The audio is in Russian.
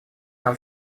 нам